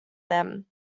them